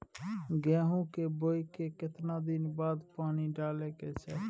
गेहूं के बोय के केतना दिन बाद पानी डालय के चाही?